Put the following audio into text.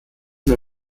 nur